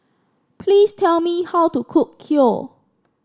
please tell me how to cook Kheer